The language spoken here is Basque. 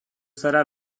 zara